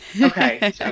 Okay